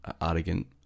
arrogant